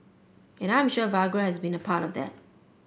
and I am sure Viagra has been a part of that